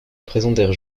présentèrent